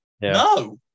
No